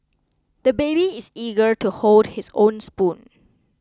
the baby is eager to hold his own spoon